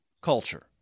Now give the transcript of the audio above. culture